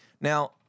Now